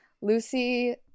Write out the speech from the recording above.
Lucy